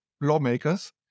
lawmakers